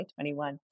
2021